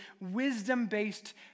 wisdom-based